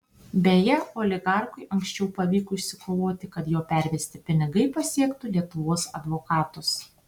beje oligarchui anksčiau pavyko išsikovoti kad jo pervesti pinigai pasiektų lietuvos advokatus